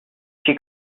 she